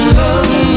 love